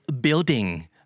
building